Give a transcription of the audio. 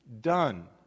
done